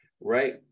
right